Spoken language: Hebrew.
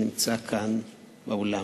הנמצא כאן באולם,